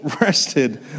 rested